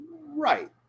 right